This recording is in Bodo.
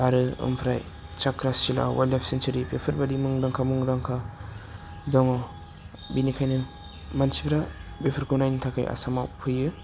आरो ओमफ्राय चाक्रसिला वेल्डलाइफ सेनसुरि बेफोरबायदि मुंदांखा मुंदांखा दङ बिनिखायनो मानसिफ्रा बेफोरखौ नायनो थाखाय आसामाव फैयो